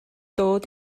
dod